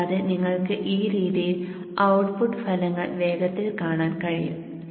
കൂടാതെ നിങ്ങൾക്ക് ഈ രീതിയിൽ ഔട്ട്പുട്ട് ഫലങ്ങൾ വേഗത്തിൽ കാണാൻ കഴിയും